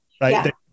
right